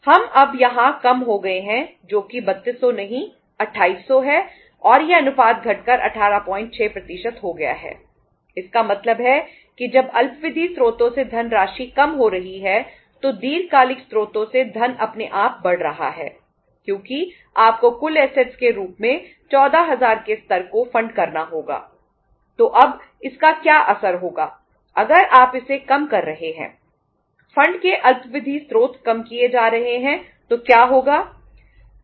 हम अब यहाँ कम हो गए हैं जो कि 3200 नहीं 2800 है और यह अनुपात घटकर 186 हो गया है इसका मतलब है कि जब अल्पावधि स्रोतों से धनराशि कम हो रही है तो दीर्घकालिक स्रोतों से धन अपने आप बढ़ रहा है क्योंकि आपको कुल ऐसेटस के अल्पविधि स्त्रोत कम किए जा रहे हैं तो क्या होगा